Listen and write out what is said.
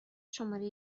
شماره